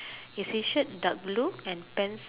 is his shirt dark blue and pants